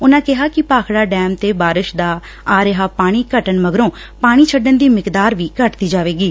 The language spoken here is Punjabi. ਉਨਾਂ ਕਿਹਾ ਕਿ ਭਾਖੜਾ ਡੈਮ ਤੇ ਬਾਰਿਸ਼ ਦਾ ਆ ਰਿਹਾ ਪਾਣੀ ਘੱਟਣ ਮਗਰੋ ਪਾਣੀ ਛੱਡਣ ਦੀ ਮਿਕਦਾਰ ਵੀ ਘਟਦੀ ਜਾਵੇਗੀ